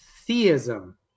theism